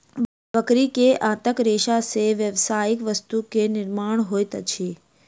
बकरी के आंतक रेशा से व्यावसायिक वस्तु के निर्माण होइत अछि